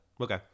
Okay